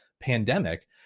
pandemic